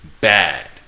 bad